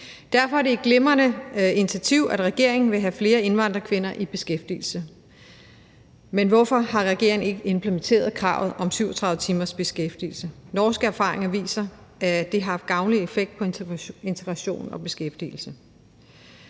Derfor er det et glimrende initiativ, at regeringen vil have flere indvandrerkvinder i beskæftigelse. Men hvorfor har regeringen ikke implementeret kravet om 37 timers beskæftigelse? Norske erfaringer viser, at det har en gavnlig effekt på integration og beskæftigelse.